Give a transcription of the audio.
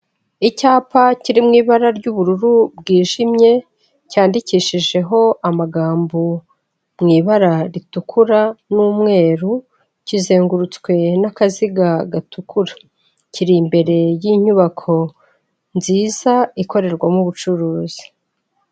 Icyapa kiri mu ibara ry'ubururu bwijimye cyandikishijeho amagambo mu ibara ritukura n'umweru kizengurutswe n'akaziga gatukura, kiri imbere y'inyubako nziza ikorerwamo ubucuruzi.